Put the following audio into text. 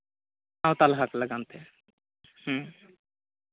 ᱥᱟᱶᱛᱟ ᱞᱮᱠᱟᱛᱮ ᱦᱮᱸ